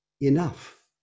enough